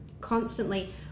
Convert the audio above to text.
constantly